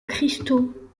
cristaux